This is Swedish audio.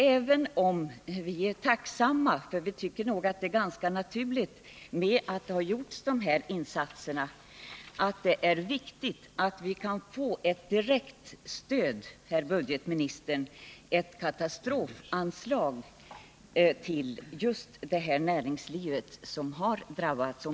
Även om vi är tacksamma för att de här insatserna har gjorts, tycker vi nog att det är viktigt att vi kan få ett direkt stöd av budgetministern i form av ett katastrofanslag till det näringsliv som har drabbats.